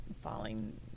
falling